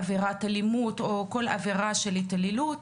עבירת אלימות או כל עבירה של התעללות,